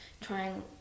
trying